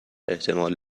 احتمال